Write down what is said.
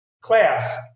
class